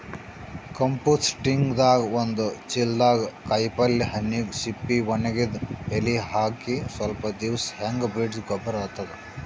ಕಂಪೋಸ್ಟಿಂಗ್ದಾಗ್ ಒಂದ್ ಚಿಲ್ದಾಗ್ ಕಾಯಿಪಲ್ಯ ಹಣ್ಣಿನ್ ಸಿಪ್ಪಿ ವಣಗಿದ್ ಎಲಿ ಹಾಕಿ ಸ್ವಲ್ಪ್ ದಿವ್ಸ್ ಹಂಗೆ ಬಿಟ್ರ್ ಗೊಬ್ಬರ್ ಆತದ್